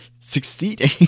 succeeding